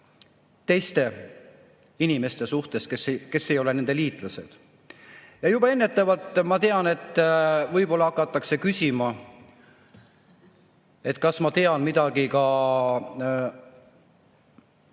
teiste inimeste suhtes, kes ei ole nende liitlased. Juba ennetavalt [ütlen], et ma tean, et võib-olla hakatakse küsima, kas ma tean midagi ka